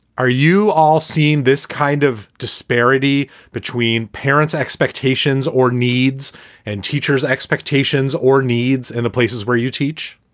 are you all seeing this kind of disparity between parents expectations or needs and teachers expectations or needs and the places where you teach?